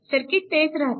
circuit तेच राहते